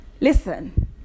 Listen